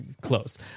close